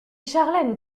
charlène